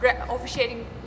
officiating